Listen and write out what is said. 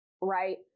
right